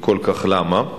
וכל כך למה?